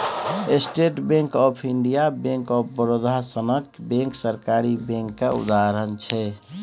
state Bank of India, Bank of Baroda सनक bank सरकारी bank केर उदाहरण छै